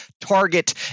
target